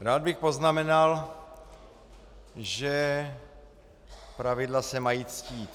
Rád bych poznamenal, že pravidla se mají ctít.